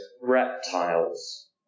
reptiles